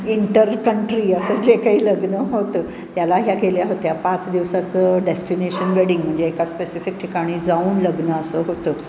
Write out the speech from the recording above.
inter country असं जे काही लग्न होतं त्याला ह्या गेल्या होत्या पाच दिवसाचं डेस्टिनेशन वेडिंग म्हणजे एका स्पेसिफिक ठिकाणी जाऊन लग्न असं होतं